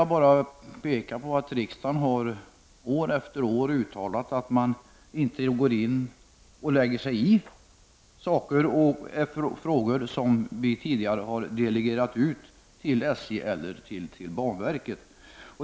Jag vill peka på att riksdagen år efter år har uttalat att man inte går in och lägger sig i frågor som riksdagen tidigare delegerat till SJ eller banverket.